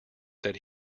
that